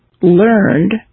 learned